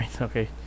okay